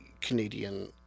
Canadian